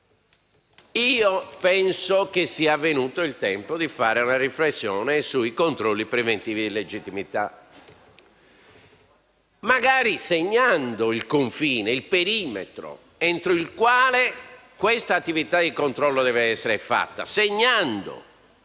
Penso che sia venuto il tempo di fare una riflessione sui controlli preventivi di legittimità, magari segnando il confine, il perimetro entro il quale tale attività di controllo deve essere svolta, segnando